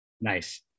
Nice